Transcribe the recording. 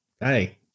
Hey